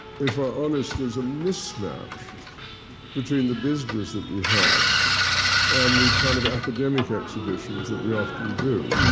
if we're honest, these a mismatch between the business that we have and the kind of academic exhibitions that we often do.